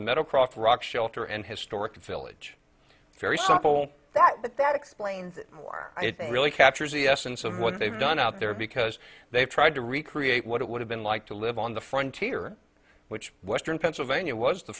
metal croft rock shelter and historic village very simple thought but that explains why it really captures the essence of what they've done out there because they've tried to recreate what it would have been like to live on the frontier which western pennsylvania was the